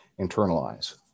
internalize